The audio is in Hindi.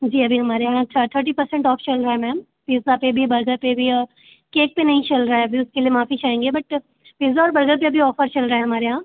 जी अभी हमारे यहाँ थर्टी परसेंट ऑफ़ चल रहा है मैम पिज्ज़ा पर भी बर्गर पर भी केक पर नहीं चल रहा है अभी उसके लिए माफ़ी चाहेंगे बट पिज्ज़ा और बर्गर पर अभी ऑफ़र चल रहा है हमारे यहाँ